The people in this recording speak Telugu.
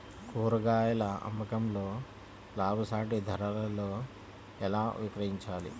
కూరగాయాల అమ్మకంలో లాభసాటి ధరలలో ఎలా విక్రయించాలి?